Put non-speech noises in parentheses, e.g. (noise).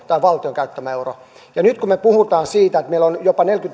(unintelligible) tai valtion käyttämään euroon ja nyt kun me puhumme siitä että meillä on jopa